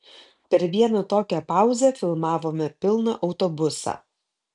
per vieną tokią pauzę filmavome pilną autobusą